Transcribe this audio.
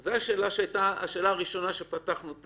זו השאלה שהייתה השאלה הראשונה שפתחנו בה